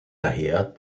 daher